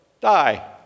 die